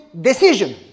decision